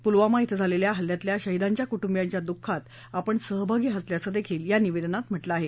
पुलवामा इथं झालेल्या हल्ल्यातल्या शहीदांच्या कुटुबियांच्या दुःखात आपण सहभागी असल्याचंही निवेदनात म्हाऊं आहे